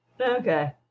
Okay